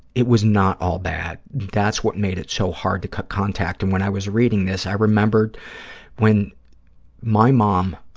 it was not all bad. that's what made it so hard to cut contact. and when i was reading this, i remember when my mom,